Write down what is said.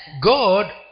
God